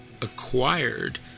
acquired